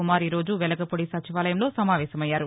కుమార్ ఈ రోజు వెలగపూడి సచివాలయంలో సమావేశమయ్యారు